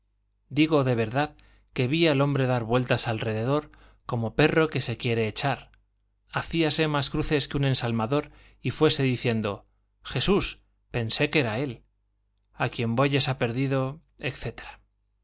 digo de verdad que vi al hombre dar vueltas alrededor como perro que se quiere echar hacíase más cruces que un ensalmador y fuese diciendo jesús pensé que era él a quien bueyes ha perdido